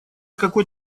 какой